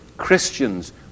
Christians